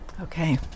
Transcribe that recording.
Okay